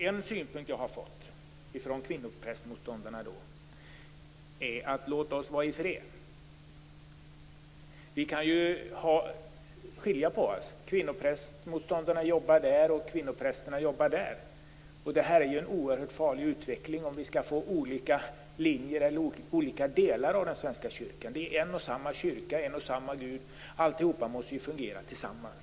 En synpunkt jag har fått från kvinnoprästmotståndarna innebär att vi skall låta dem vara i fred. De tycker att vi kan skilja oss åt och att kvinnoprästmotståndarna kan jobba på ett ställe och kvinnoprästerna på ett annat. Det är en oerhört farlig utveckling om vi får olika linjer i den svenska kyrkan. Det är en och samma kyrka och en och samma Gud. Alltihop måste fungera tillsammans.